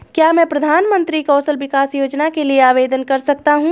क्या मैं प्रधानमंत्री कौशल विकास योजना के लिए आवेदन कर सकता हूँ?